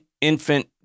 infant